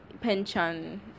pension